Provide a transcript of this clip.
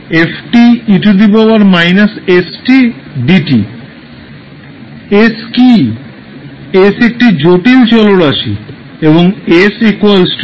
s একটি জটিল চলরাশি এবং s σ jω